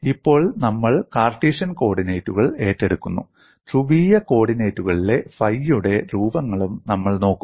ഇപ്പോൾ നമ്മൾ കാർട്ടീഷ്യൻ കോർഡിനേറ്റുകൾ ഏറ്റെടുക്കുന്നു ധ്രുവീയ കോർഡിനേറ്റുകളിലെ ഫൈയുടെ രൂപങ്ങളും നമ്മൾ നോക്കും